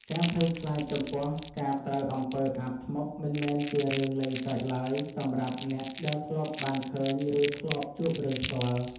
ការភ័យខ្លាចចំពោះការត្រូវអំពើអាបធ្មប់មិនមែនជារឿងលេងសើចឡើយសម្រាប់អ្នកដែលធ្លាប់បានឃើញឬធ្លាប់ជួបរឿងផ្ទាល់។